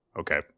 okay